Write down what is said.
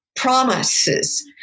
promises